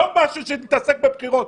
לא משהו שמתעסק בבחירות.